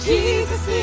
Jesus